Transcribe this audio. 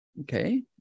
Okay